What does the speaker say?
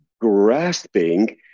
grasping